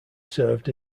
served